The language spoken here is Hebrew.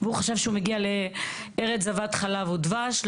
הוא חשב שהוא הגיע לארץ זבת חלב ודבש.